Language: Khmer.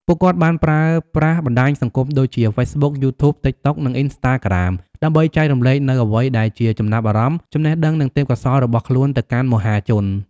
ពួកគាត់បានប្រើប្រាស់បណ្តាញសង្គមដូចជា ហ្វេសប៊ុក យូធូប តិកតុក និងអុីនស្តាក្រាម ដើម្បីចែករំលែកនូវអ្វីដែលជាចំណាប់អារម្មណ៍ ចំណេះដឹង និងទេពកោសល្យរបស់ខ្លួនទៅកាន់មហាជន។